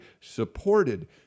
supported